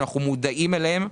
שאנחנו מודעים אליהם,